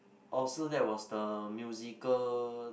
oh so that was the musical